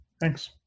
thanks